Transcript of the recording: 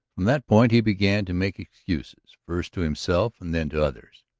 from that point he began to make excuses, first to himself and then to others.